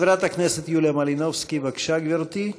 חברת הכנסת יוליה מלינובסקי, בבקשה, גברתי.